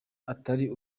atari